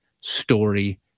story